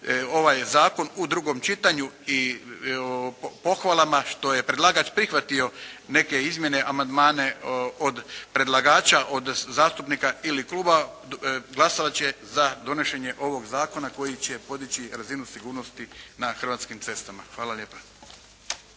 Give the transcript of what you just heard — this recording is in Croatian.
ovaj zakon u drugom čitanju i pohvalama što je predlagač prihvatio neke izmjene, amandmane od predlagača, od zastupnika ili klubova glasovat će za donošenje ovog zakona koji će podići razinu sigurnosti na hrvatskim cestama. Hvala lijepa.